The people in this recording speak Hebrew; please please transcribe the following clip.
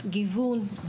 ריבוי וגיוון,